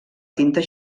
tinta